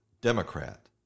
Democrat